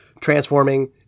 transforming